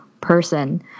person